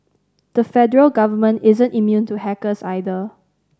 the federal government isn't immune to hackers either